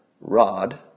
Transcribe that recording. rod